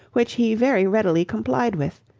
which he very readily complied with,